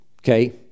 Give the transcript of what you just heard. Okay